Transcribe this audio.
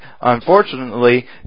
Unfortunately